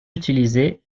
utilisées